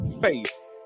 face